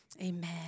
Amen